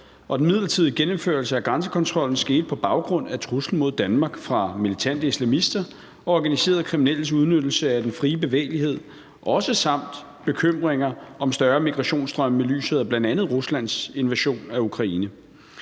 Den midlertidige genindførelse af grænsekontrollen skete på baggrund af truslen mod Danmark fra militante islamister og organiserede kriminelles udnyttelse af den frie bevægelighed samt også bekymringer om større migrationsstrømme i lyset af bl.a. Ruslands invasion af Ukraine.